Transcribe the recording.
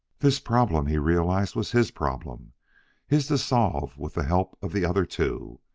this problem, he realized, was his problem his to solve with the help of the other two.